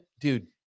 dude